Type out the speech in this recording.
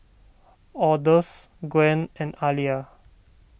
Odus Gwen and Aliya